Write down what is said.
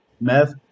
meth